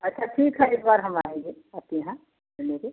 अच्छा ठीक है इस बार हम आएँगे आपके यहाँ मिलने को